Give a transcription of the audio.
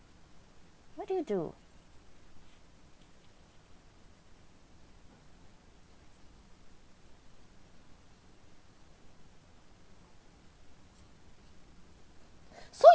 what do you do so